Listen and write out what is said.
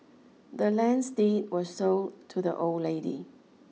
the land's deed was sold to the old lady